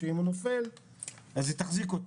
כדי שאם הוא נופל היא תחזיק אותו.